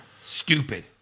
Stupid